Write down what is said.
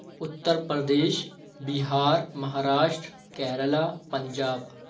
Uttar Pradesh Bihar Maharashtra Kerala Punjab